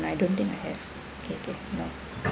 I don't think I have okay no